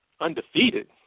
Undefeated